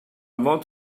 want